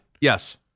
Yes